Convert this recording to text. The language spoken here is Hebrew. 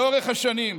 לאורך השנים,